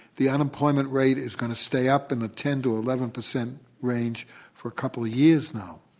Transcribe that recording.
the unemployment rate is going to stay up in the ten to eleven percent range for a couple of years now.